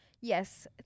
Yes